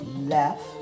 left